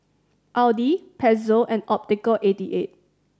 Audi Pezzo and Optical eighty eight